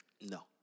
No